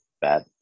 bad